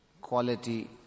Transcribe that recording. quality